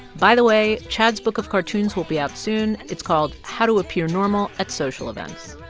by the way, chad's book of cartoons will be out soon. it's called how to ah be normal at social events.